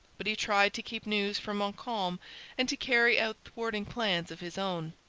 but he tried to keep news from montcalm and to carry out thwarting plans of his own.